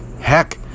Heck